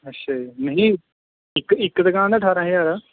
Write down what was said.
ਅੱਛਾ ਜੀ ਨਹੀਂ ਇੱਕ ਇੱਕ ਦੁਕਾਨ ਦਾ ਅਠਾਰਾਂ ਹਜ਼ਾਰ ਆ